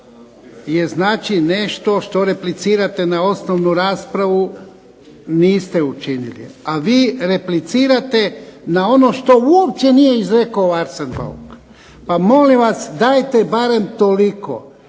je nešto što replicirate na osnovnu raspravu, niste učinili, a vi replicirate na ono što uopće nije izrekao Arsen Bauk, pa molim vas dajte barem toliko